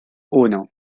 uno